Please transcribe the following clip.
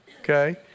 okay